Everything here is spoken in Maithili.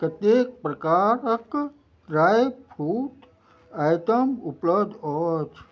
कतेक प्रकारक ड्राई फ्रूट आइटम उपलब्ध अछि